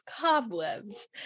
cobwebs